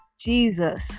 Jesus